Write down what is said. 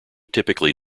typically